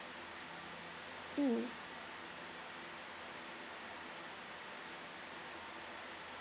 mm